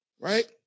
right